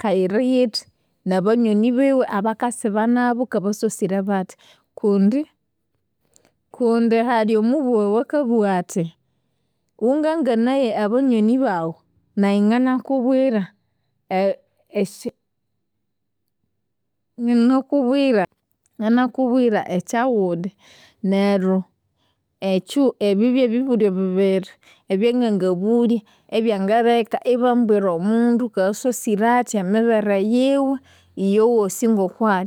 ngayiriyithi nabanywani abakasibamu ngabasosire bathi kundi kundi hali omubughe owakabugha athi ghunganganeye abanyoni baghu, nayi nganakubwira e- esya nganakubwira nganakubwira ekyaghuli. Neryo ebyu byebulyo bibiri ebyangangabulya ebyangaleka ibambwira omundu ngasosire ethi, emibere yiwe, iyowosi ngoko ali.